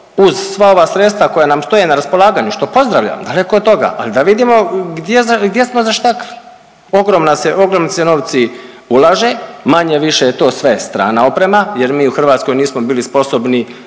uz sva ova sredstva koja nam stoje na raspolaganju što pozdravljam, daleko od toga, al da vidimo gdje smo za štekali. Ogromni se novci ulaže, manje-više je to sve strana oprema jer mi u Hrvatskoj nismo bili sposobni